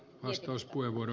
arvoisa puhemies